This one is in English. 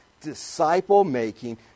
disciple-making